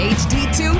hd2